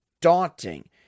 daunting